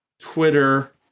Twitter